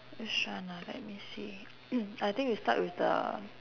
which one ah let me see mm I think we start with the